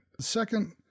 Second